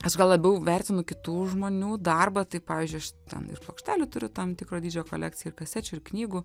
aš gal labiau vertinu kitų žmonių darbą tai pavyzdžiui aš ten ir plokštelių turiu tam tikro dydžio kolekciją ir kasečių ir knygų